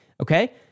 okay